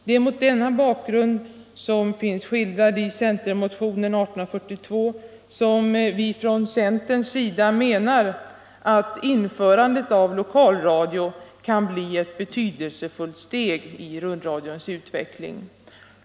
Det är mot denna bakgrund, som finns skildrad i centermotionen 1842, som vi från centerns sida menar att införandet av lokalradio kan bli ett betydelsefullt steg i rundradions utveckling.